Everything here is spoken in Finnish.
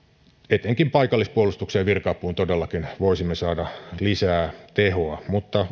etenkin paikallispuolustukseen ja virka apuun todellakin voisimme saada lisää tehoa mutta